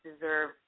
deserve